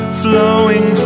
flowing